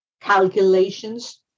calculations